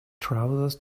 trousers